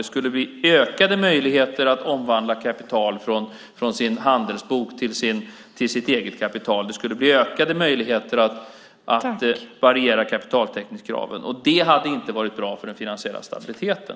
Det skulle bli ökade möjligheter att omvandla kapital från sin handelsbok till sitt eget kapital, och det skulle bli ökade möjligheter att variera kapitaltäckningskraven. Det hade inte varit bra för den finansiella stabiliteten.